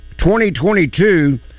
2022